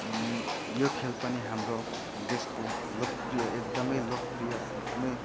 यो खेल पनि हाम्रो देशको लोकप्रिय एकदमै लोकप्रिय एकदमै